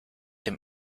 dem